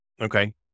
Okay